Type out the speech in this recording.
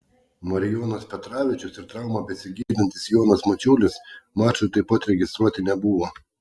marijonas petravičius ir traumą besigydantis jonas mačiulis mačui taip pat registruoti nebuvo